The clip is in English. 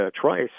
Trice